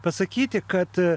pasakyti kad